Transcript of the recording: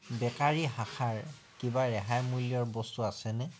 bakery শাখাৰ কিবা ৰেহাই মূল্যৰ বস্তু আছেনে